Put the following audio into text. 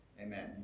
Amen